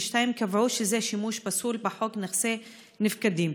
קבעו שזה שימוש פסול בחוק נכסי נפקדים.